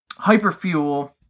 hyperfuel